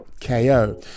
KO